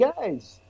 guys